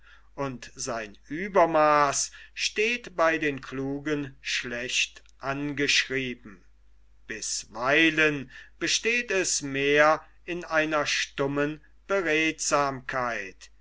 und sein uebermaaß steht bei den klugen schlecht angeschrieben bisweilen besteht es mehr in einer stummen